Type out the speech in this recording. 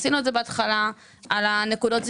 עשינו את זה בהתחלה על נקודות הזיכוי,